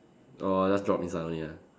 orh just drop inside only ah